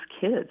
kids